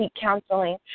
counseling